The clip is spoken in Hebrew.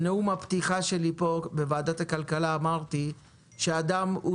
בנאום הפתיחה שלי בוועדת הכלכלה אמרתי שאדם הוא